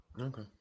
Okay